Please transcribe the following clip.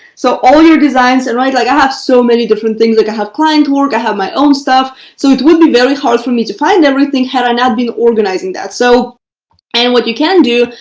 so all your designs and right like i have so many different things like i have client work, i have my own stuff. so it would be very hard for me to find everything had i not been organizing that so and what you can do.